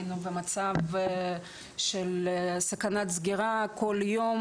היינו במצב של סכנת סגירה כל יום.